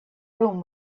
room